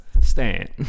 stand